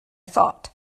thought